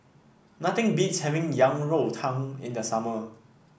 nothing beats having Yang Rou Tang in the summer